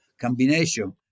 combination